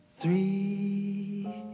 Three